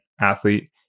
athlete